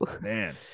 man